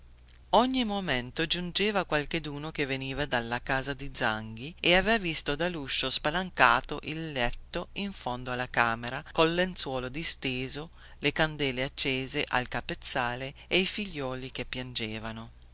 ogni momento giungeva qualcheduno che veniva dalla casa di zanghi e aveva visto dalluscio spalancato il letto in fondo alla camera col lenzuolo disteso le candele accese al capezzale e i figliuoli che piangevano